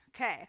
okay